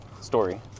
story